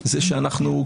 שזה המודל,